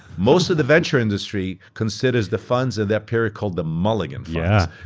most of the venture industry considers the funds of that period called the mulligan yeah